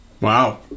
Wow